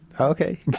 Okay